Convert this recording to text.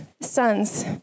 Sons